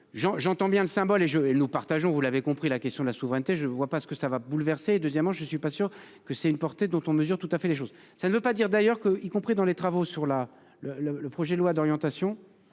j'entends bien le symbole et je et le nous partageons vous l'avez compris, la question de la souveraineté. Je ne vois pas ce que ça va bouleverser et deuxièmement, je ne suis pas sûr que c'est une portée dont on mesure tout à fait les choses, ça ne veut pas dire d'ailleurs que, y compris dans les travaux sur la le le le projet de loi d'orientation,